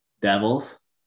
Devils